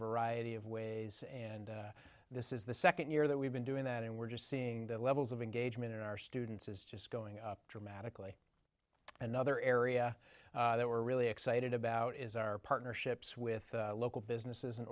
variety of ways and this is the second year that we've been doing that and we're just seeing the levels of engagement in our students is just going up dramatically another area that we're really excited about is our partnerships with local businesses and